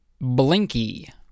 Blinky